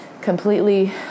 completely